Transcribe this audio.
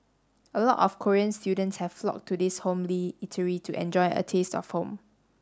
a lot of Korean students have flocked to this homely eatery to enjoy a taste of home